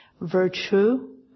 virtue